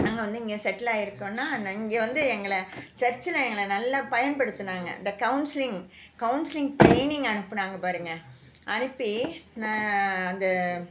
நாங்கள் வந்து இங்கே செட்டிலாயிருக்கோன்னா இங்கே வந்து எங்களை சர்ச்சில் எங்களை நல்லா பயன்படுத்துனாங்க இந்த கவுன்சிலிங் கவுன்சிலிங் ட்ரைனிங் அனுப்புனாங்க பாருங்கள் அனுப்பி அந்த